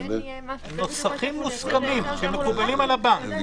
נוסחים מוסכמים, שמקובלים על הבנק.